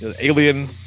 Alien